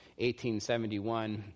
1871